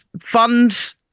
funds